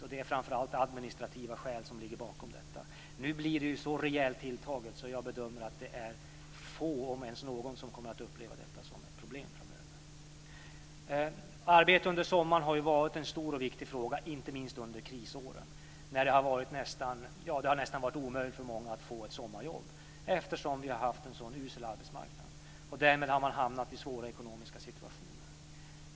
Och det är framför allt administrativa skäl som ligger bakom detta. Nu blir det ju så rejält tilltaget att jag bedömer att det är få om ens någon som kommer att uppleva detta som ett problem framöver. Arbete under sommaren har varit en stor och viktig fråga, inte minst under krisåren när det har varit nästan omöjligt för många att få ett sommarjobb, eftersom vi har haft en så usel arbetsmarknad. Därmed har studenterna hamnat i en svår ekonomisk situation.